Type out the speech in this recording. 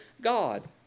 God